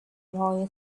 boy